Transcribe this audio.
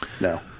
No